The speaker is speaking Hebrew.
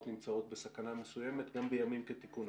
נמצאות בסכנה מסוימת גם בימים כתיקונים